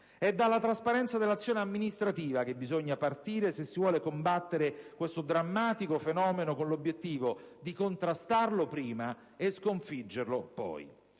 È dalla trasparenza dell'azione amministrativa che bisogna partire se si vuole combattere questo drammatico fenomeno con l'obiettivo di contrastarlo, prima, e sconfiggerlo, poi.